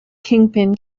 kingpin